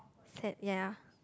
set ya